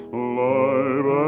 alive